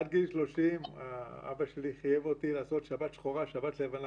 עד גיל 30 אבי חייב אותי לעשות "שבת שחורה" ו"שבת לבנה".